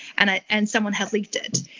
and ah and someone has leaked it.